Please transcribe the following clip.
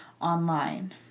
online